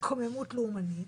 התקוממות לאומנית,